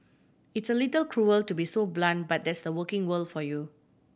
it's a little cruel to be so blunt but that's the working world for you